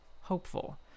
hopeful